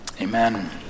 Amen